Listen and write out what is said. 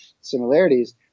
similarities